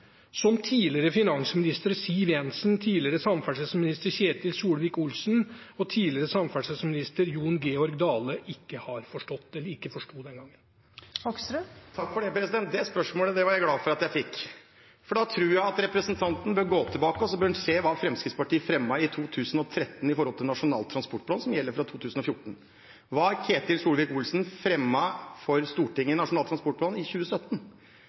eller ikke forsto den gangen? Det spørsmålet var jeg glad for at jeg fikk. Jeg tror representanten Fasteraune bør gå tilbake og se hva Fremskrittspartiet fremmet i 2013 i Nasjonal transportplan, som gjaldt fra 2014, og hva Ketil Solvik-Olsen fremmet for Stortinget i 2017. Det var altså en kraftig økning, fra ca. 608 mrd. kr til over 1 063 mrd. kr. Det viser at med Fremskrittspartiet i